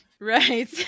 Right